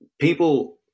People